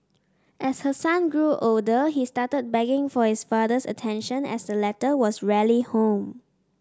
as her son grew older he started begging for his father's attention as the latter was rarely home